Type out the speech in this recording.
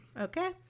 Okay